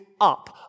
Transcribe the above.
up